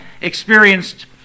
experienced